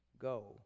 Go